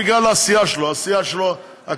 בגלל העשייה שלו: העשייה הכלכלית,